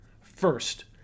First